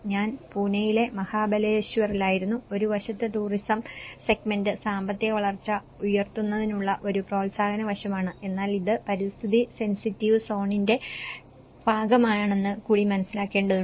ഞാൻ പൂനെയിലെ മഹാബലേശ്വറിലായിരുന്നു ഒരു വശത്ത് ടൂറിസം സെഗ്മെന്റ് സാമ്പത്തിക വളർച്ച ഉയർത്തുന്നതിനുള്ള ഒരു പ്രോത്സാഹന വശമാണ് എന്നാൽ ഇത് പരിസ്ഥിതി സെൻസിറ്റീവ് സോണിന്റെ ഭാഗമാണെന്ന് കൂടി മനസ്സിലാക്കേണ്ടതുണ്ട്